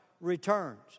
returns